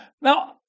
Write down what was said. Now